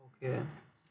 okay